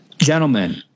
Gentlemen